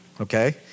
Okay